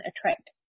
attract